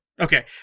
Okay